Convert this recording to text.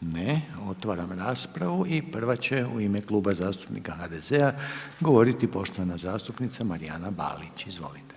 Ne. Otvaram raspravu i prva će u ime Kluba zastupnika HDZ-a govoriti poštovana zastupnica Marijana Balić. Izvolite.